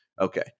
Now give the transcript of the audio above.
Okay